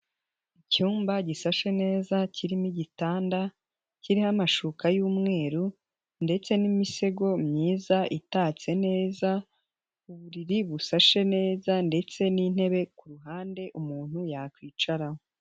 Icyumba gisashe neza kirimo igitanda kiriho amashuka y'umweru ndetse n'imisego myiza itatse neza, uburiri busashe neza ndetse n'intebe ku ruhande umuntu yakwicara.